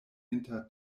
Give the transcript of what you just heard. inter